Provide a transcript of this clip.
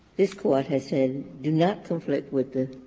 this court has said, do not conflict with the